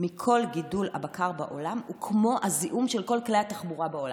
מכל גידול הבקר בעולם הוא כמו הזיהום של כל כלי התחבורה בעולם.